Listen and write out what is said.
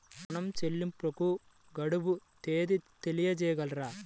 ఋణ చెల్లింపుకు గడువు తేదీ తెలియచేయగలరా?